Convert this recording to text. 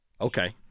Okay